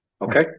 Okay